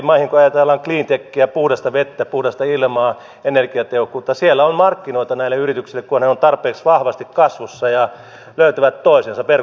kun ajatellaan cleantechiä puhdasta vettä puhdasta ilmaa energiatehokkuutta siellä on markkinoita näille yrityksille kunhan ne ovat tarpeeksi vahvasti kasvussa ja löytävät toisensa verkottumisen kautta